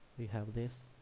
we have this